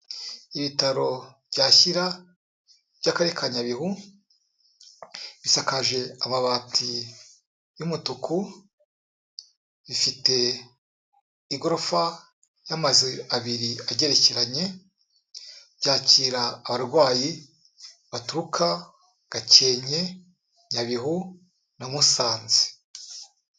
Ibitaro bya Shyira by'akarere ka Nyabihu, bisakaje amabati y'umutuku, bifite igorofa y'amazu abiri agerekeranye, byakira abarwayi baturuka Gakenke, Nyabihu na Musanze.